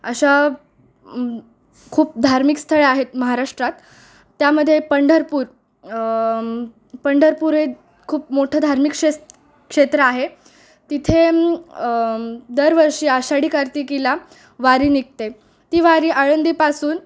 अशा खूप धार्मिक स्थळं आहेत महाराष्ट्रात त्यामध्ये पंढरपूर पंढरपूर हे खूप मोठं धार्मिक शे क्षेत्र आहे तिथे दरवर्षी आषाढी कार्तिकीला वारी निघते ती वारी आळंदीपासून